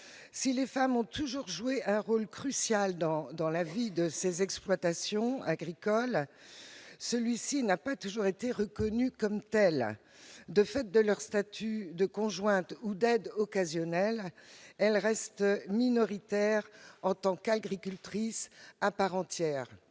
Si les femmes ont depuis toujours joué un rôle crucial dans la vie des exploitations agricoles, celui-ci n'a pas toujours été reconnu comme tel. Du fait de leur statut de conjointe ou d'aide occasionnelle, elles restent minoritaires en tant qu'agricultrices à part entière.